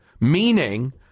meaning